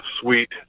sweet